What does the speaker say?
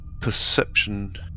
perception